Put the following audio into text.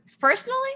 personally